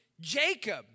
Jacob